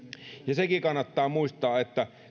sekin kannattaa muistaa että